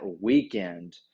weekend